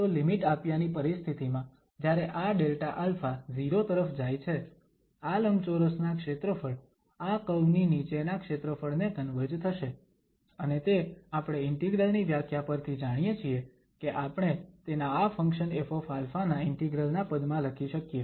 તો લિમિટ આપ્યાની પરિસ્થિતિમાં જ્યારે આ Δα 0 તરફ જાય છે આ લંબચોરસના ક્ષેત્રફળ આ કર્વ ની નીચેના ક્ષેત્રફળને કન્વર્જ થશે અને તે આપણે ઇન્ટિગ્રલ ની વ્યાખ્યા પરથી જાણીએ છીએ કે આપણે તેને આ ફંક્શન Fα ના ઇન્ટિગ્રલ ના પદમાં લખી શકીએ